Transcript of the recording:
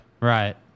Right